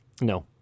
No